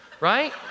right